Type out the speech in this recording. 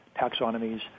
taxonomies